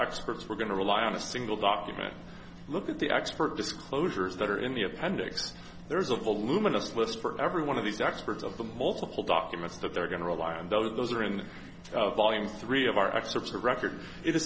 experts were going to rely on a single document look at the expert disclosures that are in the appendix there's a voluminous list for every one of these experts of the multiple documents that they're going to rely on those those are in volume three of our excerpts of record it